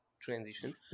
transition